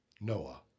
Noah